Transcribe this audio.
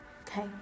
Okay